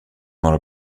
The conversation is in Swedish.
några